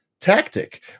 tactic